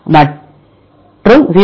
1 மற்றும் 0